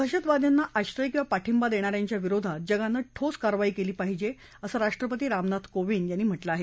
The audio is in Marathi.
दहशतवाद्यांना आश्रय किंवा पाठिंबा देणा यांच्या विरोधात जगानं ठोस कारवाई केली पाहिजे असं राष्ट्रपती रामनाथ कोविंद यांनी म्हटलं आहे